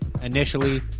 Initially